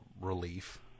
relief